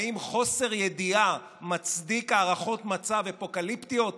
האם חוסר ידיעה מצדיק הערכות מצב אפוקליפטיות?